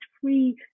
free